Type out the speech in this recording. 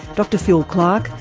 dr phil clark,